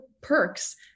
perks